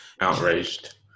Outraged